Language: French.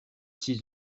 six